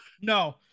no